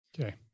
Okay